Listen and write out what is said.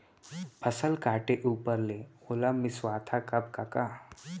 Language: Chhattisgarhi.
फसल काटे ऊपर ले ओला मिंसवाथा कब कका?